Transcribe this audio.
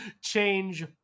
change